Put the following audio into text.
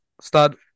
Start